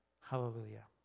Hallelujah